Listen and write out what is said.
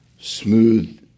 smooth